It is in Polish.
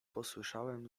posłyszałem